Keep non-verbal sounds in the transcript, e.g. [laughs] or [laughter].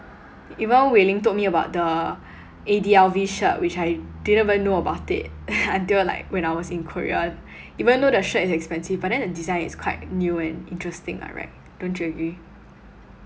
even wei ling told me about the A_D_L_V shirt which I didn't even know about it [laughs] until like when I was in Korea even though the shirt is expensive but then the design is quite new and interesting lah right don't you agree